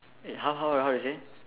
eh how how how to say